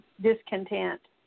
discontent